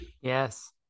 Yes